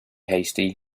hasty